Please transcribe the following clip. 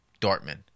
Dortmund